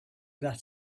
that